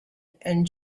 and